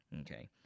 Okay